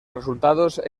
resultados